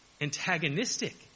antagonistic